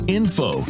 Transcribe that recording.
info